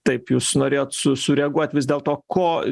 taip jūs norėjot su sureaguot vis dėl to ko